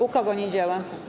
U kogo nie działa?